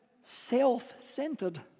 self-centered